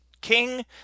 King